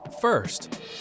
First